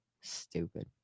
Stupid